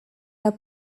are